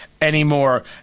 anymore